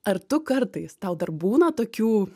ar tu kartais tau dar būna tokių